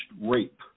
rape